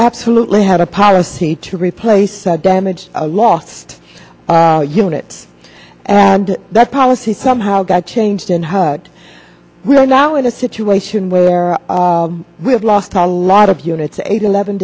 absolutely had a policy to replace the damaged a lost unit and that policy somehow got changed in her we are now in a situation where we have lost a lot of units eight eleven